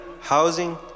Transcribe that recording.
housing